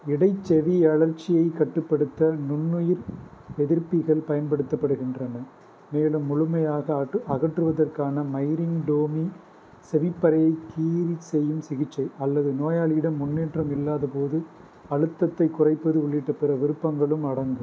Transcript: இடைச்செவியழற்சியைக் கட்டுப்படுத்த நுண்ணுயிர் எதிர்ப்பிகள் பயன்படுத்தப்படுகின்றன மேலும் முழுமையாக அகற்றுவதற்கான மைரிங்டோமி செவிப்பறையைக் கீறி செய்யும் சிகிச்சை அல்லது நோயாளியிடம் முன்னேற்றம் இல்லாதபோது அழுத்தத்தைக் குறைப்பது உள்ளிட்ட பிற விருப்பங்களும் அடங்கும்